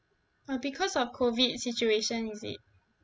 or because of COVID situation is it